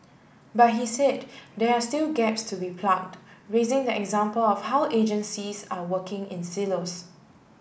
but he said there are still gaps to be plugged raising the example of how agencies are working in silos